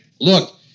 Look